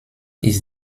ist